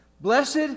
Blessed